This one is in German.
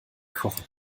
kochen